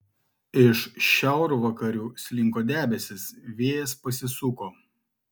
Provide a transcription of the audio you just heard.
iš šiaurvakarių slinko debesys vėjas pasisuko